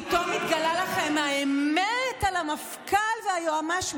פתאום התגלתה לכם האמת על המפכ"ל והיועמ"ש.